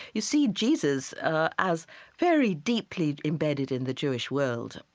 you see jesus as very deeply embedded in the jewish world.